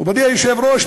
מכובדי היושב-ראש,